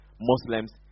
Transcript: Muslims